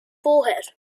forehead